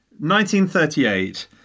1938